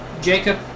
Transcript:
Jacob